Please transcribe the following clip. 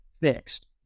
fixed